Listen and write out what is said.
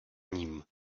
ním